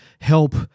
help